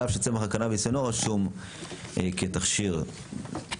על אף שצמח הקנבוס אינו רשום כתכשיר "רפואה",